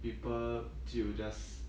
people 就 just